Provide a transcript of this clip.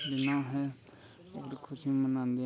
जियां आहें खुशी मनाने